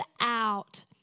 out